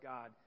God